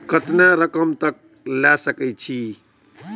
केतना रकम तक ले सके छै?